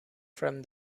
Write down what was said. from